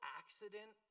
accident